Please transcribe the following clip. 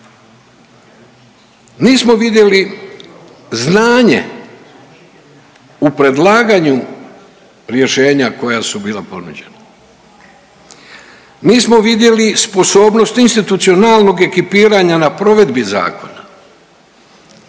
Nismo vidjeli znanje u predlaganju rješenja koja su bila ponuđena, nismo vidjeli sposobnost institucionalnog ekipiranja na provedbi zakona.